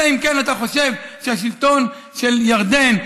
אלא אם כן אתה חושב שהשלטון של ירדן,